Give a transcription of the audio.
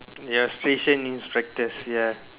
ya station inspectors ya